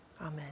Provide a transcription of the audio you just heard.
Amen